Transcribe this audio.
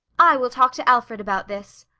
i will talk to alfred about this.